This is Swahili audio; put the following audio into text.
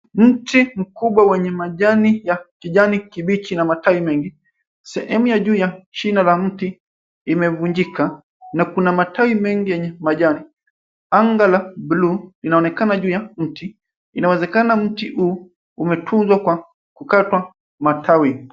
Mti mkubwa wenye majani ya kijani kibichi na matawi mengi ,sehemu ya juu ya shina la mti imevunjika na kuna matawi mengi yenye majani . Anga la buluu inaonekana juu ya mti inawezekana mti huu umetunzwa kwa kukatwa matawi.